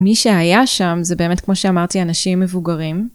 מי שהיה שם זה באמת כמו שאמרתי אנשים מבוגרים.